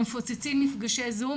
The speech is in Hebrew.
מפוצצים מפגשי זום,